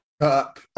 up